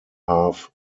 half